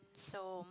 so